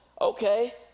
okay